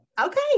Okay